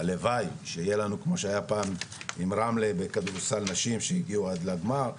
הלוואי שיהיה לנו כמו שהיה פעם עם רמלה בכדורסל נשים שהגיעו עד לגמר.